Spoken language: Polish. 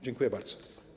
Dziękuję bardzo.